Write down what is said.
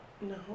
No